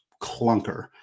clunker